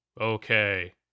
okay